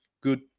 good